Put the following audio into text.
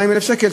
200,000 שקל,